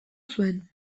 zuen